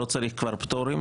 לא צריך כבר פטור,